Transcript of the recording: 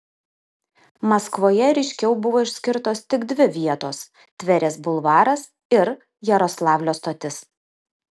maskvoje ryškiau buvo išskirtos tik dvi vietos tverės bulvaras ir jaroslavlio stotis